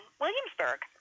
Williamsburg